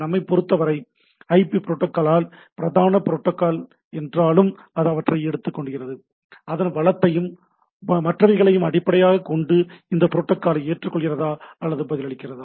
நம்மை பொருத்தவரை IP protocol பிரதான புரோட்டோக்கால் என்றாலும் அது அவற்றை எடுத்துக்கொள்கிறது அதன் வளத்தையும் மற்றவைகளையும் அடிப்படையாகக் கொண்டு அது இந்த புரோட்டோக்காலை ஏற்றுக்கொள்கிறதா என்று பதிலளிக்கிறது